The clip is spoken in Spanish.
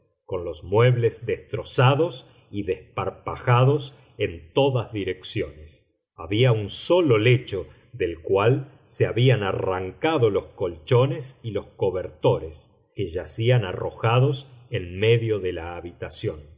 con los muebles destrozados y desparpajados en todas direcciones había un solo lecho del cual se habían arrancado los colchones y los cobertores que yacían arrojados en medio de la habitación